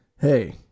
Hey